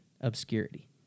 obscurity